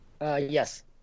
Yes